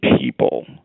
people